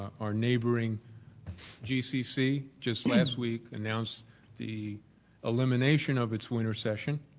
our neighboring gcc just last week announced the elimination of its winter session